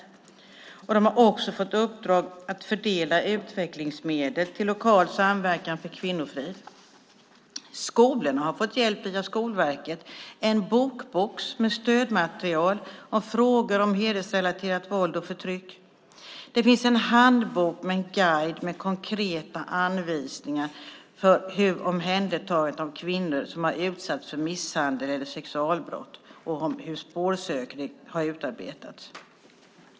Länsstyrelserna har också fått i uppdrag att fördela utvecklingsmedel till lokal samverkan för kvinnofrid. Skolorna har fått hjälp via Skolverket till en bokbox med stödmaterial om frågor om hedersrelaterat våld och förtryck. En handbok med en guide med konkreta anvisningar för omhändertagande av kvinnor som har utsatts för misshandel eller sexualbrott samt spårsökning har utarbetats.